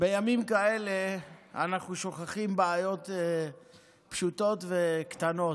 בימים כאלה אנחנו שוכחים בעיות פשוטות וקטנות.